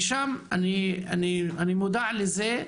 אני מודע לזה,